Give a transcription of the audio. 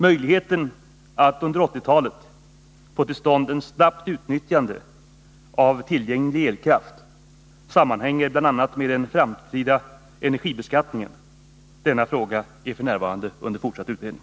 Möjligheten att under 1980-talet få till stånd ett snabbt utnyttjande av tillgänglig elkraft sammanhänger bl.a. med den framtida energibeskattningen. Denna fråga är under fortsatt utredning.